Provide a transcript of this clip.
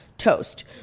Toast